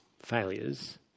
failures